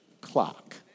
clock